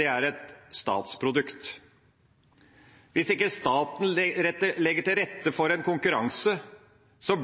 er et statsprodukt. Hvis ikke staten legger til rette for konkurranse,